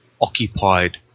occupied